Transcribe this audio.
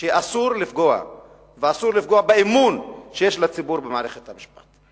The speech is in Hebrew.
שאסור לפגוע באמון שיש לציבור במערכת המשפט.